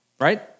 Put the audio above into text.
right